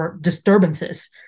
disturbances